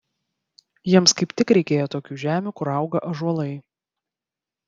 jiems kaip tik reikėjo tokių žemių kur auga ąžuolai